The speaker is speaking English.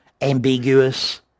ambiguous